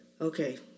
okay